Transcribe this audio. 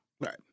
Right